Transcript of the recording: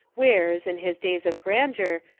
wears, in his days of grandeur,